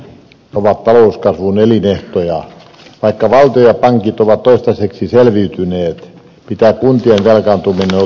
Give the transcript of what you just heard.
vaikka valtio ja pankit ovat toistaiseksi selviytyneet pitää kuntien velkaantuminen ottaa vakavasti